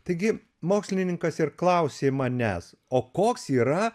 taigi mokslininkas ir klausė manęs o koks yra